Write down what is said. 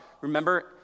remember